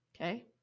Okay